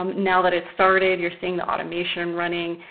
um now that it started, you're seeing the automation running,